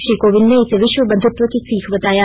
श्री कोविंद ने इसे विश्व बंधत्व की सीख बताया